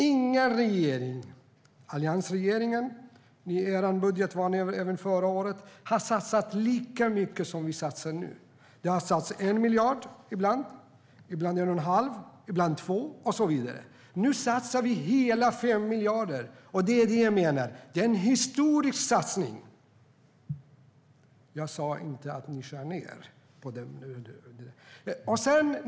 Ingen regering har satsat lika mycket som vi satsar nu. Det har satsats 1 miljard ibland, ibland 1 1⁄2 miljard och ibland 2 miljarder och så vidare. Nu satsar vi hela 5 miljarder, och det är en historisk satsning. Jag sa inte att ni skär ned.